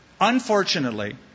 unfortunately